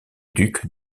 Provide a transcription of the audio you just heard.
duc